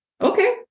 okay